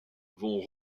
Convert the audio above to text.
vont